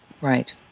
Right